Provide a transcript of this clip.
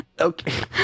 Okay